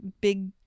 big